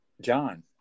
John